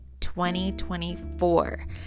2024